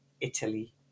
Italy